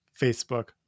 Facebook